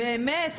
באמת.